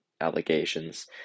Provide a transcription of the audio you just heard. allegations